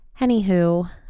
Anywho